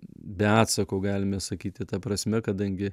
be atsako galime sakyti ta prasme kadangi